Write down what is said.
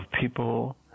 people